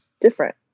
Different